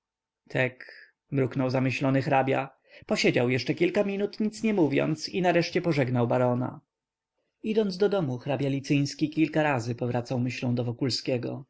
tek mruknął zamyślony hrabia posiedział jeszcze kilka minut nic nie mówiąc i nareszcie pożegnał barona idąc do domu hrabia liciński kilka razy powracał myślą do wokulskiego